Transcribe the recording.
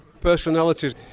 personalities